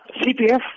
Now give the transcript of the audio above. CPF